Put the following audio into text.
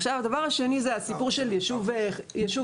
עכשיו, הדבר השני של סיפור של ישוב חזק.